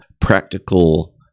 practical